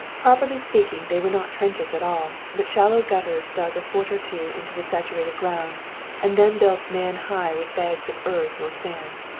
properly speaking they were not trenches at all, but shallow gutters dug a foot or two into the saturated ground and then built man-high with bags of earth or sand.